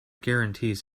guarantees